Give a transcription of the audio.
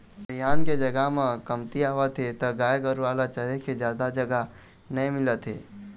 दइहान के जघा ह कमतियावत हे त गाय गरूवा ल चरे के जादा जघा नइ मिलत हे